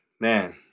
man